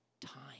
Time